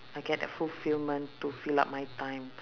I get a fulfilment to fill up my time